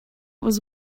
was